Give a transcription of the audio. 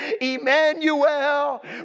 Emmanuel